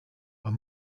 are